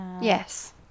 yes